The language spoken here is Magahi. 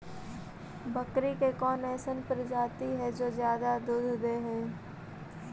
बकरी के कौन अइसन प्रजाति हई जो ज्यादा दूध दे हई?